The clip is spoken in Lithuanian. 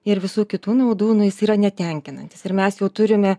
ir visų kitų naudų nu jis yra netenkinantis ir mes jau turime